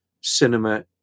cinema